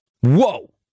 Whoa